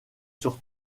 sur